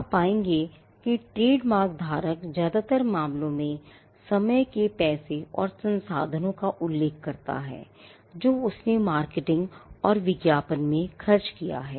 आप पाएंगे कि ट्रेडमार्क धारक ज्यादातर मामलों में समय के पैसे और संसाधनों का उल्लेख करता है जो उसने marketing और विज्ञापन में खर्च किया है